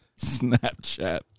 Snapchat